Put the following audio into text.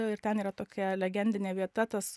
ir ten yra tokia legendinė vieta tas